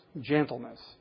gentleness